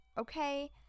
okay